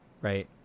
right